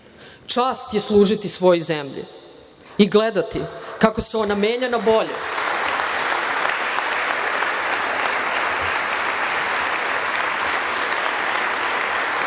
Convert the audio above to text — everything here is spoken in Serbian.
Čast je služiti svojoj zemlji i gledati kako se ona menja na bolje